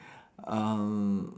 um